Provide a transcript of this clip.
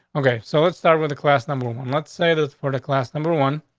okay, so let's start with the class number one, let's say the nordic last number one.